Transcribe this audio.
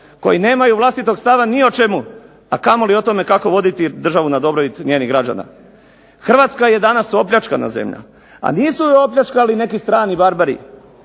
koji nemaju vlastitog stava ni o čemu, a kamoli o tome kako voditi državu na dobrobit njenih građana. Hrvatska je danas opljačkana zemlja. A nisu je opljačkali neki strani barbari.